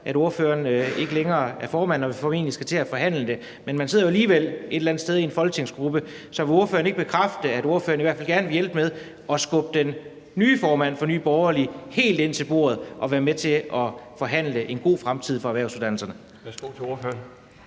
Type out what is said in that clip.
at ordføreren ikke længere er formand, når vi formentlig skal til at forhandle det, men man sidder jo alligevel et eller andet sted i en folketingsgruppe, så vil ordføreren ikke bekræfte, at ordføreren i hvert fald gerne vil hjælpe med at skubbe den nye formand for Nye Borgerlige helt ind til bordet og være med til at forhandle en god fremtid for erhvervsuddannelserne?